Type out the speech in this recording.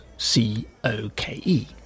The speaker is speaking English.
C-O-K-E